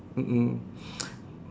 mm mm